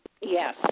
yes